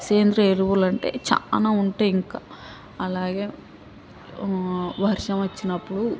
సేంద్రియ ఎరువులు అంటే చాలా ఉంటాయి ఇంక అలాగే వర్షం వచ్చినప్పుడు